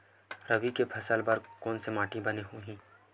रबी के फसल बर कोन से माटी बने होही?